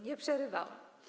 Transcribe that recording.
Nie przerywałam.